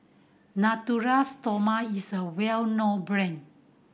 Natura Stoma is a well known brand